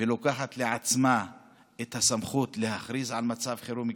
ולוקחת לעצמה את הסמכות להכריז על מצב חירום,